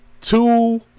two